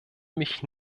mich